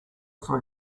for